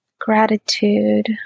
gratitude